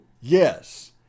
Yes